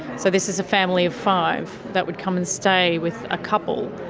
so this is a family of five that would come and stay with a couple,